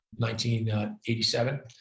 1987